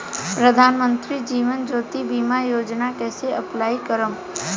प्रधानमंत्री जीवन ज्योति बीमा योजना कैसे अप्लाई करेम?